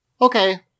Okay